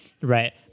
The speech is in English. right